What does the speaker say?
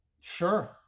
Sure